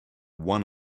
one